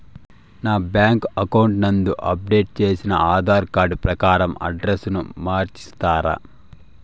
నా bank account నందు update చేసిన ఆధార్ కార్డు ప్రకారం అడ్రస్ ను మార్చిస్తారా?